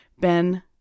Ben